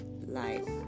life